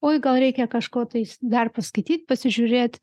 oi gal reikia kažko tais dar paskaityt pasižiūrėt